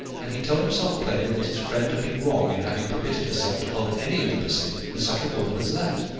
and he told himself plainly that his friend had been wrong in having permitted herself to hold any intimacy with such a woman as that.